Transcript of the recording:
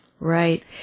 Right